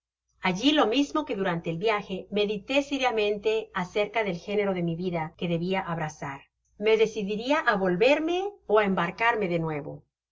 alli lo mismo que durante el viaje medité sériamente acerca del genero de vida que debia abrazar me decidiria á volverme ó á embarcarme de nuevo con